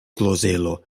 klozelo